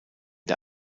der